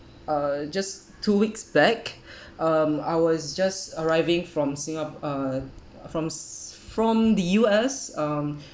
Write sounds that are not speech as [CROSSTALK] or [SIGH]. uh just two weeks back [BREATH] um I was just arriving from singa~ uh from s~ from the U_S um